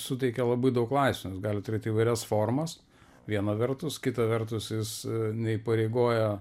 suteikia labai daug laisvės gali turėt įvairias formas viena vertus kita vertus jis neįpareigoja